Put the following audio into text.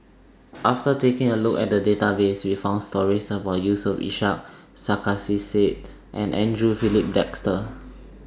after taking A Look At The Database We found stories about Yusof Ishak Sarkasi Said and Andre Filipe Desker